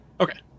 Okay